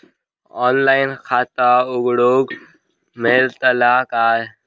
Online खाता उघडूक मेलतला काय?